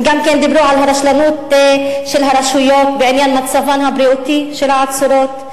הם גם כן דיברו על הרשלנות של הרשויות בעניין מצבן הבריאותי של העצורות,